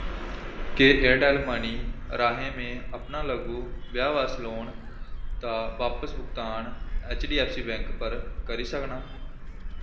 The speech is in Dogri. केह् एयरटैल्ल मनी राहें में अपना लघु व्यवसाय लोन दा बापस भुगतान H D F C bank पर करी सकनां